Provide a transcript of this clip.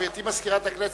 גברתי מזכירת הכנסת,